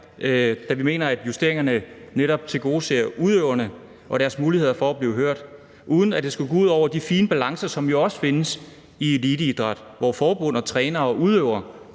da vi mener, at justeringerne netop tilgodeser udøverne og deres muligheder for at blive hørt, uden at det skal gå ud over de fine balancer, som jo også findes i eliteidræt, hvor forbund og trænere og udøvere